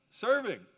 serving